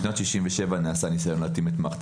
בשנת 1967 נעשה ניסיון להתאים את מערכת